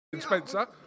Spencer